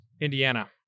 Indiana